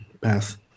Pass